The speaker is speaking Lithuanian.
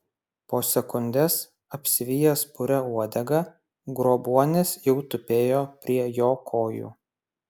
po sekundės apsivijęs puria uodega grobuonis jau tupėjo prie jo kojų